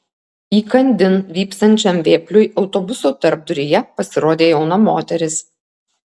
įkandin vypsančiam vėpliui autobuso tarpduryje pasirodė jauna moteris